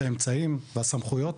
האמצעים והסמכויות,